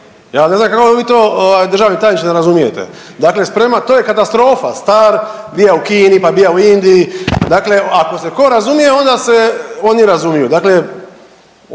Ja ne znam kako vi to, državni tajniče ne razumijete. Dakle sprema, to je katastrofa, star, bija u Kini pa bija u Indiji, dakle ako se tko razumije, onda se oni razumiju. Dakle